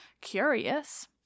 curious